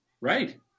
Right